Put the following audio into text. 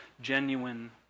genuine